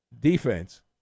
defense